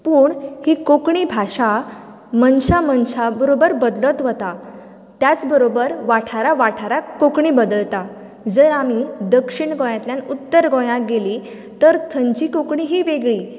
पूण ही कोंकणी भाशा मनशां मनशां बरोबर बदलत वता त्याच बरोबर वाठारा वाठाराक कोंकणी बदलता जर आमी दक्षीण गोंयातल्यान उत्तर गोंयांत गेली तर थंयची कोंकणी ही वेगळी